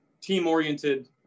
team-oriented